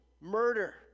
Murder